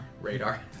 Radar